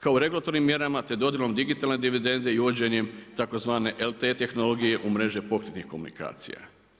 kao regulatornim mjerama te dodjelom digitalne dividende i uvođenjem tzv. LTE tehnologije u mreže pokretnih komunikacija.